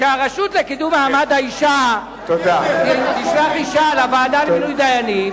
שהרשות לקידום מעמד האשה תשלח אשה לוועדה למינוי דיינים,